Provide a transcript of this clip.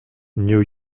new